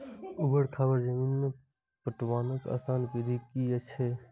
ऊवर खावर जमीन में पटवनक आसान विधि की अछि?